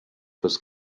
was